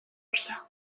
ozta